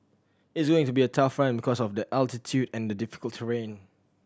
it's going to be a tough run because of the altitude and the difficult terrain